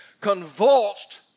convulsed